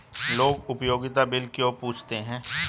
लोग उपयोगिता बिल क्यों पूछते हैं?